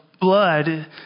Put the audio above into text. blood